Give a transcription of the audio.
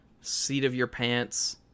seat-of-your-pants